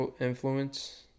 influence